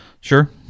Sure